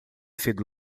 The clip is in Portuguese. sido